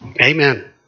Amen